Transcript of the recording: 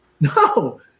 No